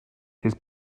his